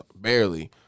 barely